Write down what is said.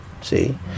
See